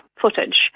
footage